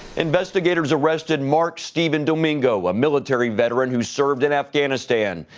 investigators arrested mark steven domingo, a military veteran who served in afghanistan.